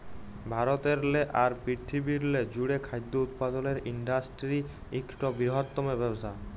ভারতেরলে আর পিরথিবিরলে জ্যুড়ে খাদ্য উৎপাদলের ইন্ডাসটিরি ইকট বিরহত্তম ব্যবসা